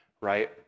right